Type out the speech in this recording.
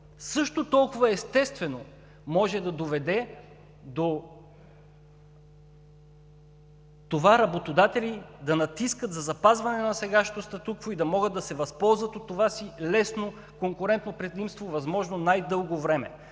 също толкова естествено може да доведе до това – работодатели да натискат за запазване на сегашното статукво и да могат да се възползват от това си лесно конкурентно предимство възможно най-дълго време.